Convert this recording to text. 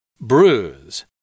Bruise